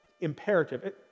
imperative